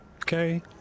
Okay